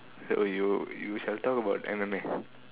so you you shall talk about M_M_A